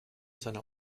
seiner